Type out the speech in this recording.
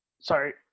sorry